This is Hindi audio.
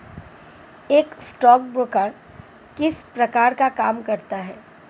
एक स्टॉकब्रोकर किस प्रकार का काम करता है?